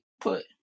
put